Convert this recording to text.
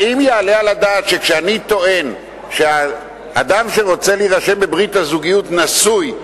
האם יעלה על הדעת שכשאני טוען שאדם שרוצה להירשם בברית הזוגיות נשוי,